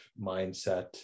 mindset